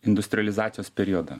industrializacijos periodą